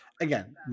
again